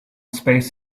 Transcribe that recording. space